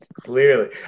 clearly